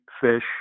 Fish